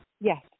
Yes